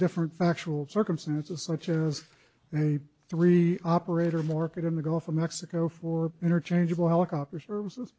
different factual circumstances such as a three operator more part of the gulf of mexico for interchangeable helicopter services